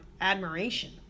admiration